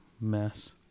mess